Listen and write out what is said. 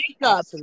makeup